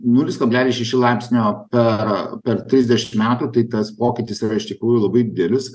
nulis kablelis šeši laipsnio per per trisdešim metų tai tas pokytis yra iš tikrųjų labai didelis